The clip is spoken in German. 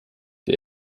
der